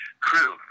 crew